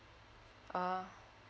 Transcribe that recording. ah